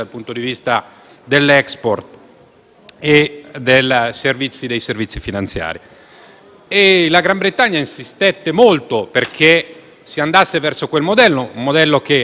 e dei servizi finanziari. Il Regno Unito insistette molto perché si andasse verso quel modello, che allargò certamente l'Unione e rese